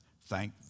thank